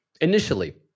Initially